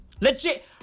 Legit